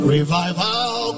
Revival